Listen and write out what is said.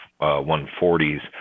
140s